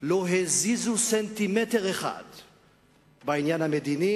לא הזיזו סנטימטר אחד בעניין המדיני,